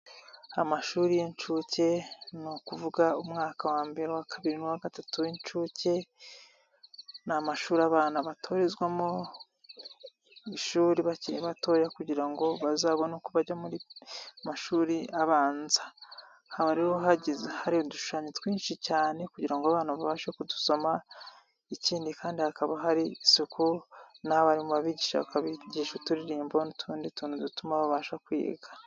Amashuri y'incuke ni ukuvuga umwaka wa mbere, uwa kabiri n'uwa gatatu w'incuke n'amashuri abanza batorezwamo ishuri bakiri batoya kugira ngo bazabone uko bajya mu mashuri abanza, iyo bageze bageze ku ishuri hari udushashanyo twinshi cyane bareba kugirango ngo abana babashe kudusoma. Ikindi kandi hakaba hari isuku. Abarimu babigisha uturiririmbo n'utundi tuntu dutuma babasha kwiga.